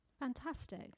fantastic